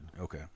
Okay